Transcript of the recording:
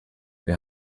wir